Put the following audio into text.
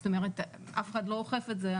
זאת אומרת אף אחד לא אוכף את זה,